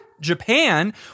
Japan